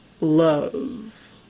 love